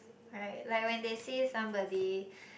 right like when they see somebody